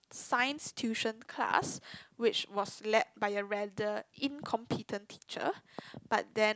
Science tuition class which was led by a rather incompetent teacher but then